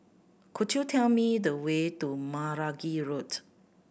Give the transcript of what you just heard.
could you tell me the way to Meragi Road